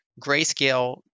Grayscale